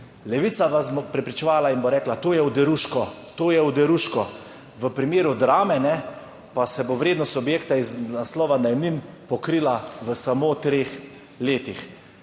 Levica vas bo prepričevala in bo rekla, to je oderuško, to je oderuško. V primeru Drame pa se bo vrednost objekta iz naslova najemnin pokrila v samo treh letih.